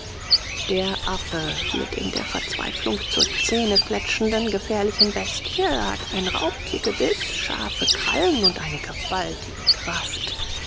der affe wird in der verzweiflung zur zähnefletschenden gefährlichen bestie hat ein raubtiergebiß scharfe krallen und eine gewaltige kraft